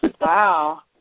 Wow